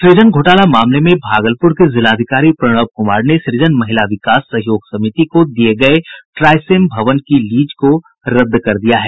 सुजन घोटाला मामले में भागलपुर के जिलाधिकारी प्रणव कुमार ने सुजन महिला विकास सहयोग समिति को दिये गये ट्रायसेम भवन की लीज को रद्द कर दिया है